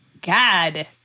God